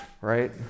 right